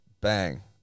bang